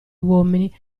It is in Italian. uomini